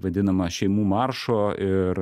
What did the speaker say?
vadinama šeimų maršo ir